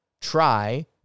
try